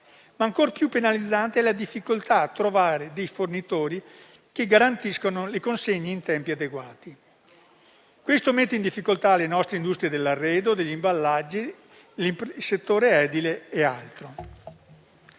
Ancor più penalizzante, però, è la difficoltà a trovare fornitori che garantiscano le consegne in tempi adeguati. Ciò mette in difficoltà le nostre industrie dell'arredo e degli imballaggi, il settore edile e altro.